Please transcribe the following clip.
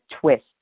twist